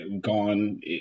gone